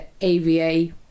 AVA